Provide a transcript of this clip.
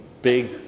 big